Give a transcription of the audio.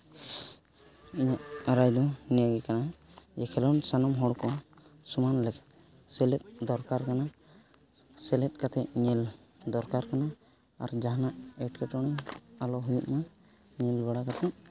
ᱤᱧᱟᱹᱜ ᱨᱟᱭ ᱫᱚ ᱱᱤᱭᱟᱹ ᱜᱮ ᱠᱟᱱᱟ ᱡᱮ ᱠᱷᱮᱹᱞᱳᱰ ᱥᱟᱱᱟᱢ ᱦᱚᱲ ᱠᱚ ᱥᱚᱢᱟᱱ ᱥᱮᱞᱮᱫ ᱫᱚᱨᱠᱟᱨ ᱠᱟᱱᱟ ᱥᱮᱞᱮᱫ ᱠᱟᱛᱮ ᱧᱮᱞ ᱫᱚᱨᱠᱟᱨ ᱠᱟᱱᱟ ᱟᱨ ᱡᱟᱦᱟᱱᱟᱜ ᱮᱴᱠᱮᱴᱚᱬᱮ ᱟᱞᱚ ᱦᱩᱭᱩᱜᱢᱟ ᱧᱮᱞ ᱵᱟᱲᱟ ᱠᱟᱛᱮ